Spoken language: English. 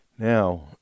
Now